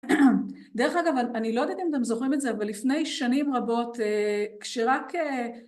דרך אגב, אני לא יודעת אם אתם זוכרים את זה, אבל לפני שנים רבות, אה... כשרק אה...